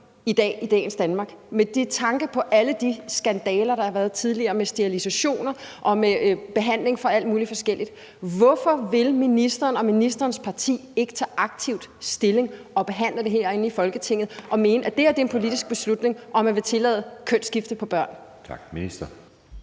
i dagens Danmark – med tanke på alle de skandaler, der har været tidligere med sterilisationer og med behandling for alt muligt forskelligt. Hvorfor vil ministeren og ministerens parti ikke tage aktivt stilling og behandle det herinde i Folketinget og mene, at det er en politisk beslutning, om man vil tillade kønsskifte på børn? Kl.